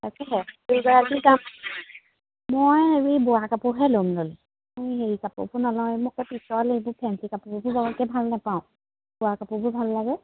তাকেহে মই এই বোৱা কাপোৰহে ল'ম ল'লে মই হেৰি কাপোৰবোৰ নলও এইবোৰ ফেঞ্চি কাপোৰবোৰ বৰকে ভাল নাপাওঁ বোৱা কাপোৰবোৰ ভাল লাগে